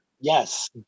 Yes